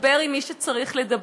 לדבר עם מי שצריך לדבר.